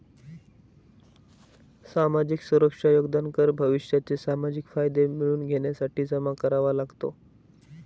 सामाजिक सुरक्षा योगदान कर भविष्याचे सामाजिक फायदे मिळवून घेण्यासाठी जमा करावा लागतो